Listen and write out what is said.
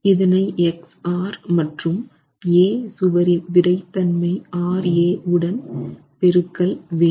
இதனை xR மற்றும் A சுவரின் விறைத்தன்மை RA உடன் பெருக்கல் வேண்டும்